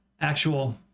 actual